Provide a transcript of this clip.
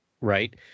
right